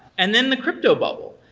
and then the crypto bubble,